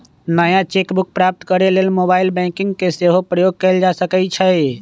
नया cheque book प्राप्त करेके लेल मोबाइल बैंकिंग के सेहो प्रयोग कएल जा सकइ छइ